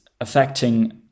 affecting